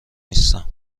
نیستم